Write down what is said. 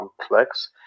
complex